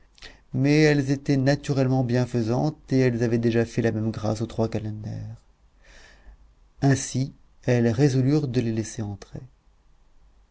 mais elles étaient naturellement bienfaisantes et elles avaient déjà fait la même grâce aux trois calenders ainsi elles résolurent de les laisser entrer